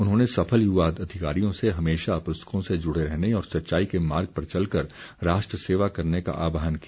उन्होंने सफल युवा अधिकारियों से हमेशा पुस्तकों से जुड़े रहने और सच्चाई के मार्ग पर चलकर राष्ट्रसेवा करने का आह्वान किया